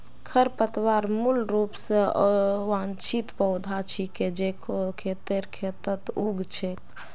खरपतवार मूल रूप स अवांछित पौधा छिके जेको खेतेर खेतत उग छेक